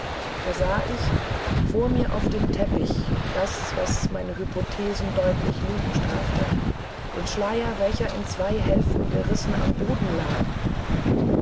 da sah ich vor mir auf dem teppich das was meine hypothesen deutlich lügen strafte den schleier welcher in zwei hälften gerissen am boden lag